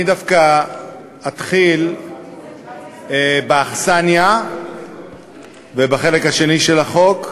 אני דווקא אתחיל באכסניה ובחלק השני של החוק,